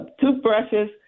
toothbrushes